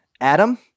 Adam